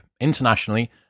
internationally